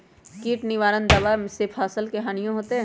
किट निवारक दावा से फसल के हानियों होतै?